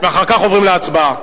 ואחר כך עוברים להצבעה.